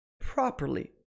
properly